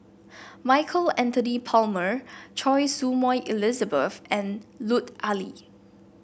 Michael Anthony Palmer Choy Su Moi Elizabeth and Lut Ali